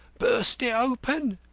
burst it open,